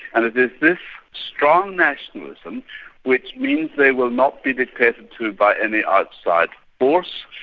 and it is this strong nationalism which means they will not be dictated to by any outside force.